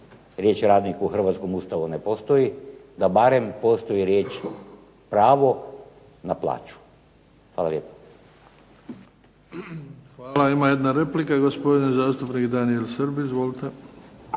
riječ radnik u hrvatskom Ustavu ne postoji da barem postoji riječ pravo na plaću. Hvala lijepa. **Bebić, Luka (HDZ)** Hvala. Ima jedna replika, gospodin zastupnik Daniel Srb. Izvolite.